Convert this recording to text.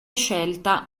scelta